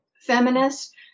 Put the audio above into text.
feminist